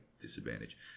disadvantage